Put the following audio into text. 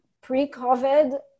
pre-COVID